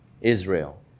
Israel